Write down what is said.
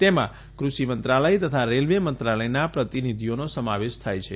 તેમાં કૃષિમંત્રાલય તથા રેલવે મંત્રાલયના પ્રતિનિધિઓનો સમાવેશ થાય છે